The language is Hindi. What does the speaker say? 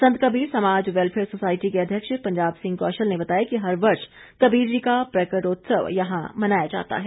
संत कबीर समाज वैल्फेयर सोसायटी के अध्यक्ष पंजाब सिंह कौशल ने बताया कि हर वर्ष कबीर जी का प्रकटोत्सव यहां मनाया जाता है